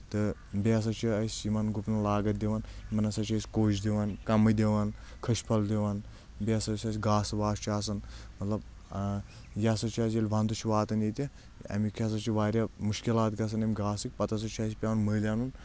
تہٕ بیٚیہِ ہسا چھِ أسۍ یِمن گُپن لاگَتھ دِوان یِمن ہسا چھِ أسۍ کوٚش دِوان کَمہٕ دِوان کھٔچفل دِوان بیٚیہِ ہَسا چھِ أسۍ گاسہٕ واسہٕ چھُ آسان مطلب یہِ ہسا چھُ اَسہِ ییٚلہِ ونٛدٕ چھُ واتان ییٚتہِ اَمیُک ہسا چھُ واریاہ مُشکِلات گژھان اَمہِ گاسٕکۍ پَتہٕ ہسا چھُ اَسہِ پیٚوان مٔلۍ اَنُن